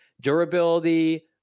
durability